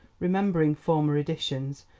remembering former editions,